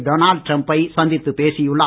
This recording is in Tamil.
டொனால்டு டிரம்பை சந்தித்து பேசியுள்ளார்